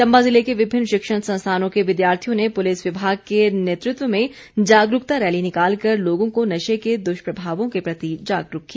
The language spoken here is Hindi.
चम्बा जिले के विभिन्न शिक्षण संस्थानों के विद्यार्थियों ने पुलिस विभाग के नेतृत्व में जागरूकता रैली निकाल कर लोगों को नशे के दुष्प्रभावों के प्रति जागरूक किया